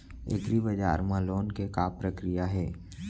एग्रीबजार मा लोन के का प्रक्रिया हे?